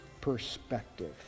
perspective